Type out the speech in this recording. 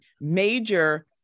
major